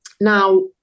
Now